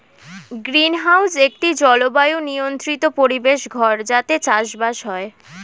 greenhouse একটি জলবায়ু নিয়ন্ত্রিত পরিবেশ ঘর যাতে চাষবাস হয়